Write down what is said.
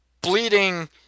bleeding